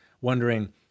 wondering